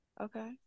Okay